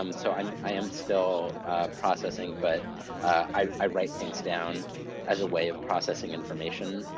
um so um i am still processing, but i write things down as a way of processing information.